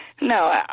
No